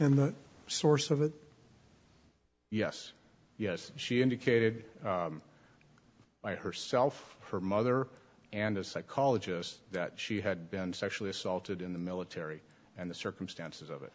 and the source of it yes yes she indicated by herself her mother and a psychologist that she had been sexually assaulted in the military and the circumstances of it